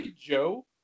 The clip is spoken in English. Joe